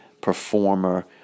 performer